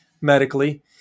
medically